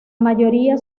mayoría